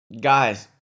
Guys